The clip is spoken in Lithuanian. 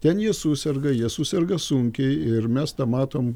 ten jie suserga jie suserga sunkiai ir mes tą matom